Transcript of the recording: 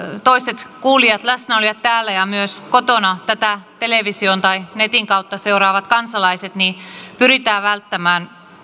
toiset kuulijat läsnäolijat täällä ja myös kotona tätä television tai netin kautta seuraavat kansalaiset niin pyritään välttämään